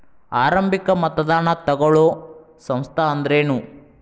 ಆರಂಭಿಕ್ ಮತದಾನಾ ತಗೋಳೋ ಸಂಸ್ಥಾ ಅಂದ್ರೇನು?